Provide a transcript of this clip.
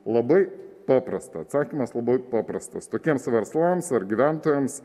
labai paprasta atsakymas labai paprastas tokiems verslams ar gyventojams